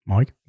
Mike